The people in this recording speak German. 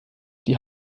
die